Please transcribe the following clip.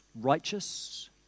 righteous